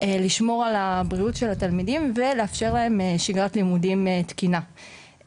לשמור על הבריאות של התלמידים ולאפשר להם שגרת לימודים תקינה.